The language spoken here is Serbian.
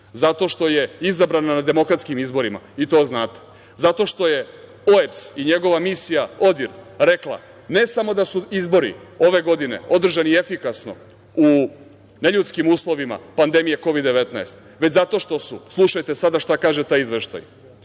zato što je izabrana na demokratskim izborima, i to znate, zato što je OEBS i njegova misija ODIR rekla ne samo da su izbori ove godine održani efikasno u neljudskim uslovima pandemije Kovid-19, već zato što su, slušajte sada šta kaže taj izveštaj,